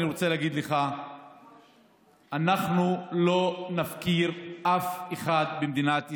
אני רוצה להגיד לך שאנחנו לא נפקיר אף אחד במדינת ישראל.